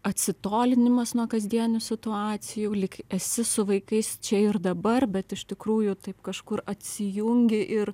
atsitolinimas nuo kasdienių situacijų lyg esi su vaikais čia ir dabar bet iš tikrųjų taip kažkur atsijungi ir